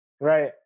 Right